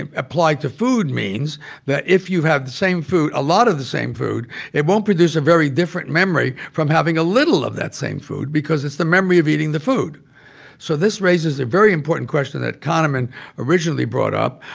and applied to food, means that if you've had the same food a lot of the same food it won't produce a very different memory from having a little of that same food because it's the memory of eating the food so this raises a very important question that kahneman originally brought up,